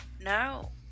No